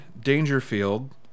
Dangerfield